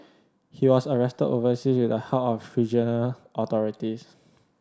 he was arrested overseas with the help of regional authorities